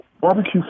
barbecue